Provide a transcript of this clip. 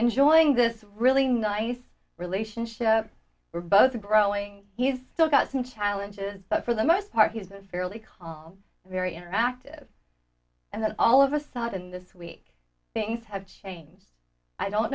enjoying this really nice relationship we're both growing he's still got some challenges but for the most part he's been fairly calm very interactive and then all of a sudden this week things have changed i don't